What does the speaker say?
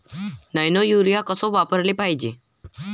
Nano urea कस वापराले पायजे?